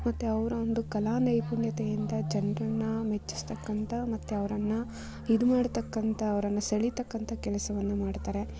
ಮತ್ತು ಅವರ ಒಂದು ಕಲಾ ನೈಪುಣ್ಯತೆ ಎಂಥ ಜನರನ್ನು ಮೆಚ್ಚಿಸ್ತಕ್ಕಂಥ ಮತ್ತೆ ಅವ್ರನ್ನು ಇದು ಮಾಡ್ತಕ್ಕಂಥ ಅವ್ರನ್ನು ಸೆಳೆತಕ್ಕಂಥ ಕೆಲಸವನ್ನು ಮಾಡ್ತಾರೆ